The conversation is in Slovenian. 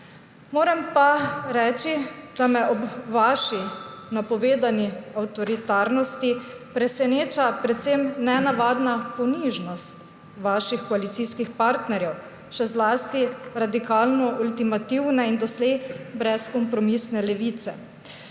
Moram pa reči, da me ob vaši napovedani avtoritarnosti preseneča predvsem nenavadna ponižnost vaših koalicijskih partnerjev, še zlasti radikalno ultimativne in doslej brezkompromisne Levice.